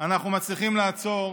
אנחנו מצליחים לעצור,